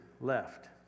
left